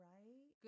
Right